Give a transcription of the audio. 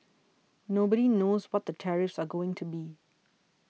nobody knows what the tariffs are going to be